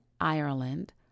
Ireland